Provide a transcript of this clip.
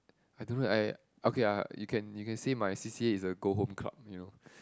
I don't know eh I okay ah you can you can say my C_C_A is a go home club you know